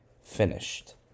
finished